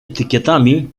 etykietami